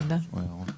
תודה לך.